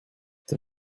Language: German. der